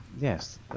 yes